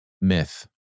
myth